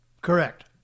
Correct